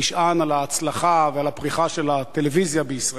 נשען על ההצלחה ועל הפריחה של הטלוויזיה בישראל.